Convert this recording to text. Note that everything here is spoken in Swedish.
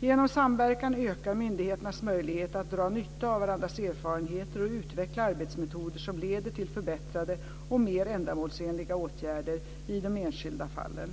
Genom samverkan ökar myndigheternas möjligheter att dra nytta av varandras erfarenheter och utveckla arbetsmetoder som leder till förbättrade och mer ändamålsenliga åtgärder i de enskilda fallen.